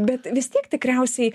bet vis tiek tikriausiai